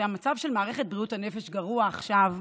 שהמצב של מערכת בריאות הנפש גרוע עכשיו,